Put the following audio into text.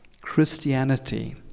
Christianity